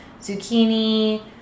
zucchini